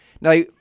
Now